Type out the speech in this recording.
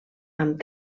amb